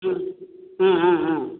ம் ஆ ஆ ஆ